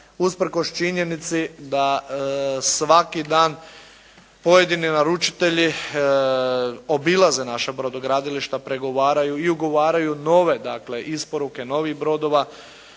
Usprkos činjenici da svaki dan pojedini naručitelji obilaze naša brodogradilišta, pregovaraju i ugovaraju nove dakle isporuke, novih brodova